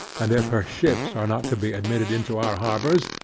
and if her ships are not to be admitted into our harbours,